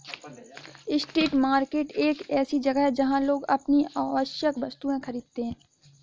street market एक ऐसी जगह है जहां लोग अपनी आवश्यक वस्तुएं खरीदते हैं